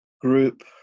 group